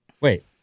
Wait